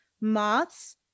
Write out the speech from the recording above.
moths